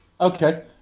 Okay